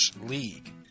league